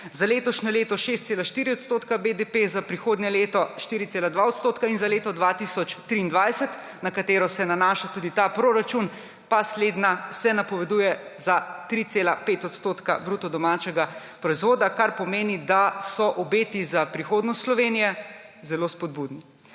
Za letošnje leto 6,4 odstotka BDP, za prihodnje leto 4,2 odstotka in za leto 2023, na katero se nanaša tudi ta proračun, pa slednja se napoveduje za 3,5 odstotka bruto domačega proizvoda, kar pomeni, da so obeti za prihodnost Slovenije zelo spodbudni.